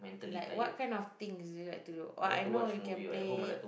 like what kind of thing is it you like to do oh I know you can play